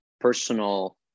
personal